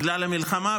בגלל המלחמה,